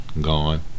gone